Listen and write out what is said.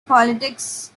politics